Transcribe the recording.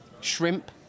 shrimp